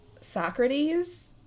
Socrates